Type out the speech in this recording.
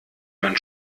man